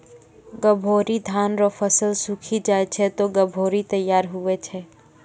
गभोरी धान रो फसल सुक्खी जाय छै ते गभोरी तैयार हुवै छै